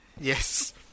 Yes